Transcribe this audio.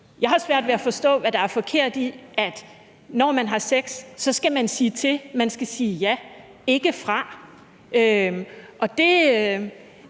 Jeg har svært ved at forstå, hvad der er forkert i, at man, når man har sex, skal sige til, man skal sige ja – ikke fra. Det